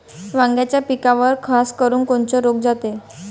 वांग्याच्या पिकावर खासकरुन कोनचा रोग जाते?